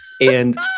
And-